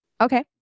Okay